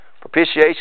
Propitiation